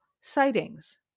sightings